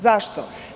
Zašto?